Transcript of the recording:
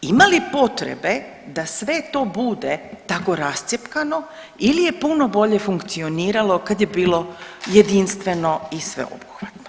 Ima li potrebe da sve to bude tako rascjepkano ili je puno bolje funkcioniralo kad je bilo jedinstveno i sveobuhvatno?